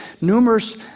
numerous